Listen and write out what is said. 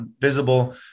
visible